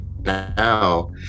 now